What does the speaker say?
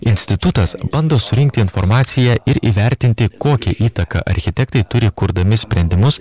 institutas bando surinkti informaciją ir įvertinti kokią įtaką architektai turi kurdami sprendimus